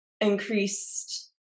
increased